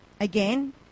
Again